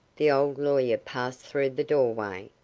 the old lawyer passed through the doorway,